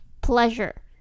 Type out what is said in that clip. pleasure